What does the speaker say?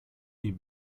die